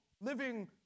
living